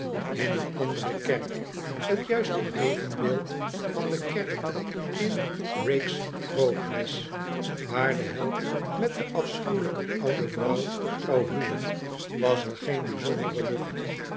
in een andere kerk t juiste evenbeeld van de kerk in rake's progress waar de held met de afschuwelijke oude vrouw zou huwen was er geen bijzondere lucht